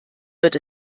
wird